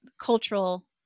cultural